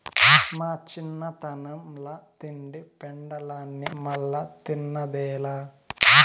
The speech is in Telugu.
మా చిన్నతనంల తింటి పెండలాన్ని మల్లా తిన్నదేలా